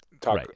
Talk